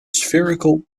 spherical